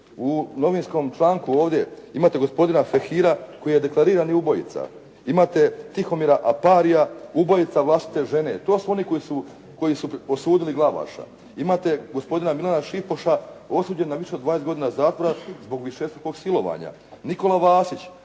u novinskom članku ovdje imate gospodina Fehira koji je deklarirani ubojica, imate Tihomira Aparija ubojica vlastite žene. To su oni koji su osudili Glavaša. Imate gospodina Milana Šipoša osuđenog na više od 20 godina zatvora zbog višestrukog silovanja, Nikola Vasić